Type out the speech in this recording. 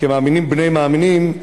כמאמינים בני מאמינים,